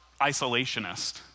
isolationist